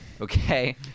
Okay